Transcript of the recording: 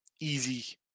easy